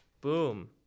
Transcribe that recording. Boom